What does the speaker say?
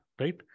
right